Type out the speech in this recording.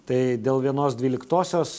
tai dėl vienos dvyliktosios